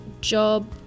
job